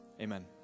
amen